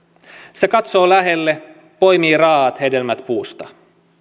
se katsoo lähelle poimii raaat hedelmät puusta